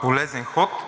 полезен ход